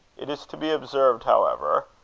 it is to be observed, however,